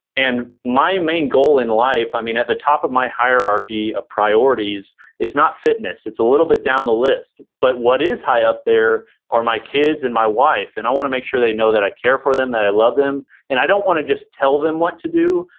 and my main goal in life at the top of my hierarchy of priorities is not fitness, it's a little bit down the list, but what is high up there are my kids and my wife and i wanna make sure they know that i care for them, that i love them and i don't wanna just tell them what to do,